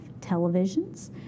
televisions